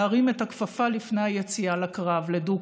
להרים את הכפפה לפני היציאה לדו-קרב.